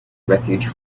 refuge